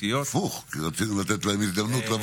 אפילו אני חשבתי שהוא יכול להיות חלופה שלטונית,